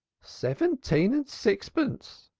seventeen and sixpence,